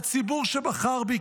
הציבור שבחר בי.